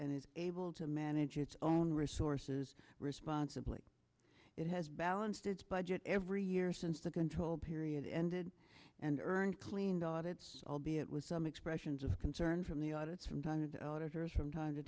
and is able to manage its own resources responsibly it has balanced its budget every year since the control period ended and earned cleaned off its albeit with some expressions of concern from the audit from time to the auditors from time